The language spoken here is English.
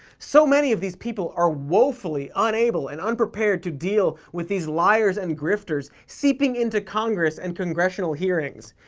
so many of these people are woefully unable and unprepared to deal with these liars and grifters seeping into congress and congressional hearings.